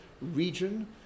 region